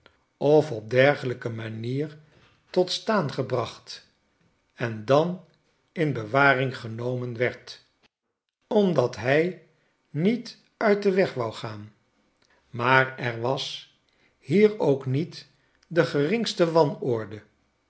of op dergelijke manier tot staan gebracht en dan in bewaring genomen werd omdat hij niet uit den weg wou gaan maar er was hier ook niet de geringste wanorde